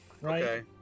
Right